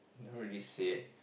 not really say